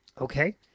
Okay